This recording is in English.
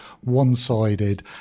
one-sided